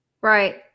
Right